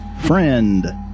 Friend